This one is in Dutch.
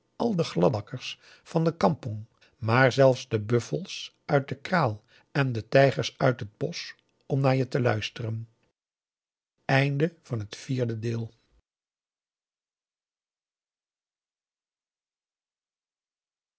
al de gladakkers van de kampong maar zelfs de buffels uit de kraal en de tijgers uit het bosch om naar je te luisteren